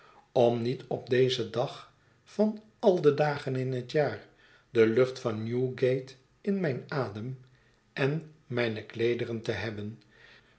om niet op dezen dag van al de dagen in het jaar de lucht van newgate in mijn adem en mijne kleederen te hebben